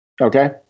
Okay